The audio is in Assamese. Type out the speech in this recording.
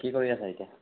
কি কৰি আছা এতিয়া